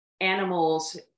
animals